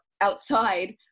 outside